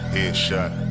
Headshot